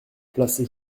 place